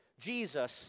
Jesus